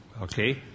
okay